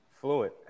Fluid